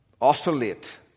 oscillate